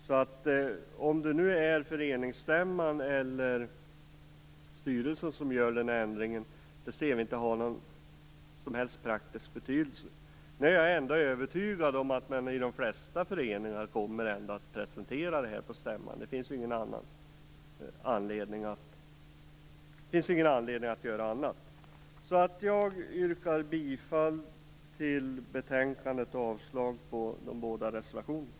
Vi anser inte att det har någon som helst praktisk betydelse om det är föreningsstämman eller styrelsen som gör den ändringen. Jag är ändå övertygad om att man i de flesta föreningar kommer att presentera detta på stämman. Det finns ju ingen anledning att göra något annat. Jag yrkar bifall till hemställan i betänkandet och avslag på de båda reservationerna.